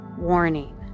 warning